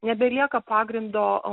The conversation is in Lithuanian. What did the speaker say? nebelieka pagrindo